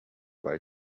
while